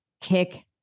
kick